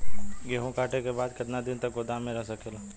गेहूँ कांटे के बाद कितना दिन तक गोदाम में रह सकेला?